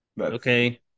Okay